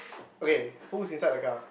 ok who's inside the car